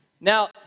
Now